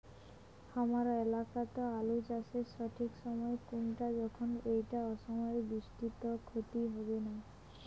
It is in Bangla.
হামার এলাকাত আলু চাষের সঠিক সময় কুনটা যখন এইটা অসময়ের বৃষ্টিত ক্ষতি হবে নাই?